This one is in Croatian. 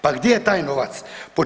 Pa gdje je taj novac?